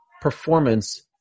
performance